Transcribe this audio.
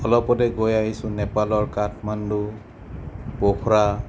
অলপতে গৈ আহিছোঁ নেপালৰ কাথমাণ্ডু পখৰা